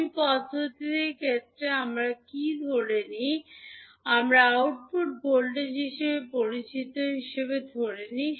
মই পদ্ধতির ক্ষেত্রে আমরা কী ধরে নিই আমরা আউটপুট ভোল্টেজ হিসাবে পরিচিত হিসাবে ধরে নিই